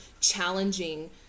challenging